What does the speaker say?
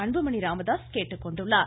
அன்புமணி ராமதாஸ் கேட்டுக்கொண்டுள்ளார்